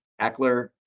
Eckler